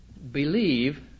believe